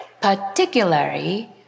particularly